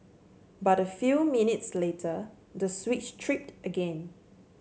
but a few minutes later the switch tripped again